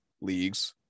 leagues